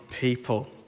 people